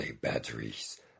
batteries